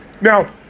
Now